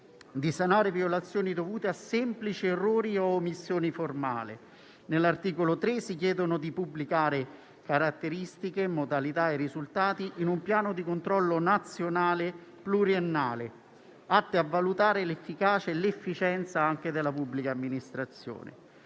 di sanare violazioni dovute a semplici errori o omissioni formali. All'articolo 3 si richiede la pubblicazione di caratteristiche, modalità e risultati in un piano di controllo nazionale pluriennale, atti a valutare l'efficacia e l'efficienza anche della pubblica amministrazione.